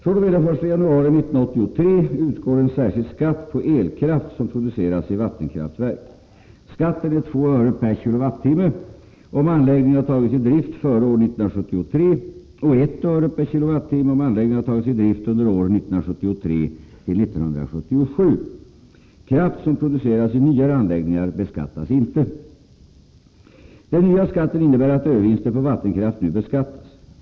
fr.o.m. den 1 januari 1983 utgår en särskild skatt på elkraft som produceras i vattenkraftverk. Skatten är 2 öre kWh om anläggningen har tagits i drift under åren 1973 till 1977. Kraft som produceras i nyare anläggningar beskattas inte. Den nya skatten innebär att övervinster på vattenkraft nu beskattas.